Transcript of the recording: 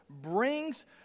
brings